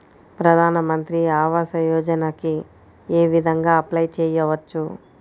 ప్రధాన మంత్రి ఆవాసయోజనకి ఏ విధంగా అప్లే చెయ్యవచ్చు?